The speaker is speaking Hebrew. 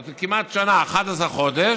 זאת אומרת, כמעט שנה, 11 חודש,